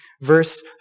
verse